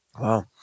Wow